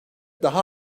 daha